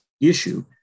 issue